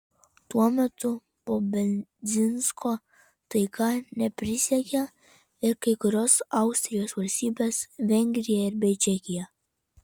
tuo metu po bendzinsko taika neprisiekė ir kai kurios austrijos valstybės vengrija bei čekija